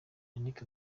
yannick